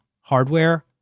hardware